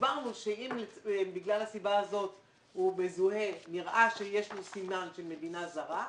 הסברנו שאם בגלל הסיבה הזאת נראה שיש לו סימן של מדינה זרה,